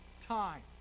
time